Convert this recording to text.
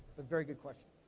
but very good question.